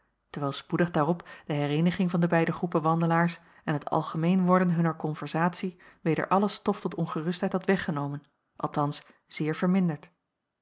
terwijl spoedig daarop de hereeniging van de beide groepen wandelaars jacob van ennep laasje evenster en het algemeen worden hunner konverzatie weder alle stof tot ongerustheid had weggenomen althans zeer verminderd